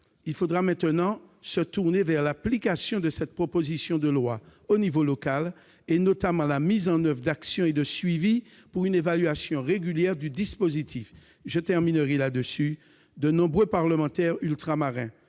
il faudra maintenant se tourner vers l'application de cette proposition de loi au niveau local, qui suppose notamment la mise en oeuvre d'actions et de suivis pour une évaluation régulière du dispositif. Je terminerai en évoquant la mobilisation de nombreux parlementaires ultramarins